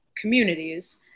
Communities